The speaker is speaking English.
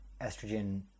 estrogen